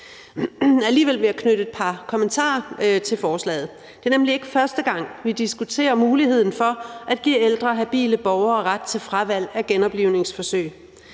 Alligevel vil jeg knytte et par kommentarer til forslaget. Det er nemlig ikke første gang, vi diskuterer muligheden for at give ældre habile borgere ret til fravalg af genoplivningsforsøg.